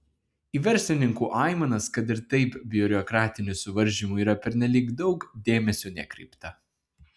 į verslininkų aimanas kad ir taip biurokratinių suvaržymų yra pernelyg daug dėmesio nekreipta